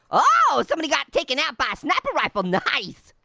oh, somebody got taken out by a sniper rifle, nice.